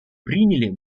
приняли